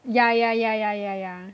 ya ya ya ya ya ya